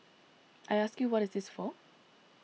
I ask you what is this for